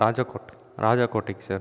ராஜா கோட்டை ராஜா கோட்டைக்கு சார்